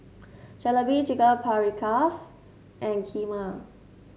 Jalebi Chicken Paprikas and Kheema